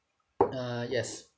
uh yes